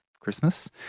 Christmas